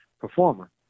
performer